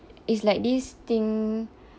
it's like this thing